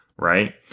Right